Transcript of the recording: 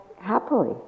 happily